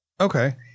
Okay